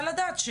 רוצה